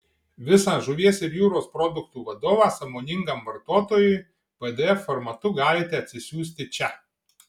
visą žuvies ir jūros produktų vadovą sąmoningam vartotojui pdf formatu galite atsisiųsti čia